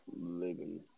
living